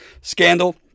scandal